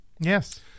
Yes